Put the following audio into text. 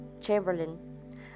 Chamberlain